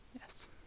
yes